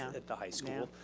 at the high school.